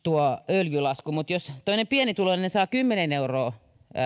öljylasku se voi tuntua monesta pieneltä mutta jos tämmöinen pienituloinen saa kymmenen euroa